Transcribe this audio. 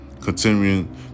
Continuing